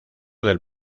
del